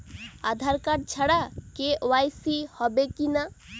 আধার card ছাড়া KYC হবে কিনা?